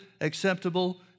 acceptable